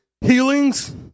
healings